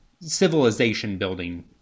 civilization-building